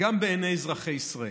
גם בעיני אזרחי ישראל,